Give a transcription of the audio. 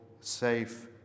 safe